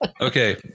okay